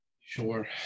Sure